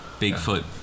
Bigfoot